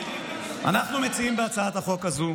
אנחנו מציעים בהצעת החוק הזו